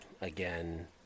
again